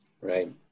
Right